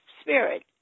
spirit